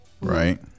right